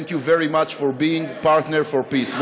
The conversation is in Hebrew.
Thank you very much for being a partner for peace.